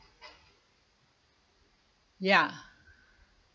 ya